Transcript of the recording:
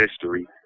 history